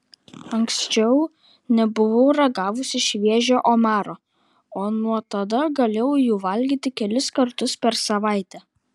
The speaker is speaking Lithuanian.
anksčiau nebuvau ragavusi šviežio omaro o nuo tada galėjau jų valgyti kelis kartus per savaitę